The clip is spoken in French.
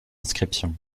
inscriptions